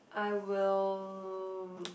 I will